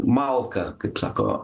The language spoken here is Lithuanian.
malką kaip sako